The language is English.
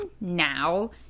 now